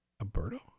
Alberto